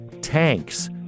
tanks